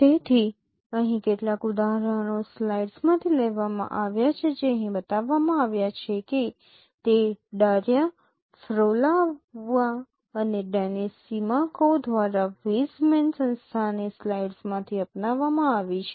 તેથી અહીં કેટલાક ઉદાહરણો સ્લાઇડ્સમાંથી લેવામાં આવ્યા છે જે અહીં બતાવવામાં આવ્યા છે કે તે ડાર્યા ફ્રોલોવા અને ડેનિસ સિમાકોવ દ્વારા વેઇઝમેન સંસ્થાની સ્લાઇડ્સમાંથી અપનાવવામાં આવી છે